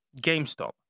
GameStop